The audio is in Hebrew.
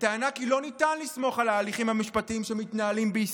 בטענה כי לא ניתן לסמוך על ההליכים המשפטיים בישראל,